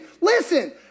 listen